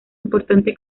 importante